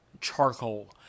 Charcoal